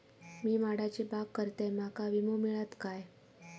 मी माडाची बाग करतंय माका विमो मिळात काय?